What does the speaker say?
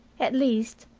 at least,